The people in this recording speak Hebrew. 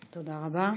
תודה רבה.